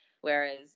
whereas